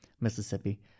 Mississippi